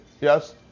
yes